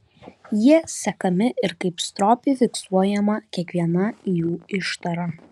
jie sekami ir kaip stropiai fiksuojama kiekviena jų ištara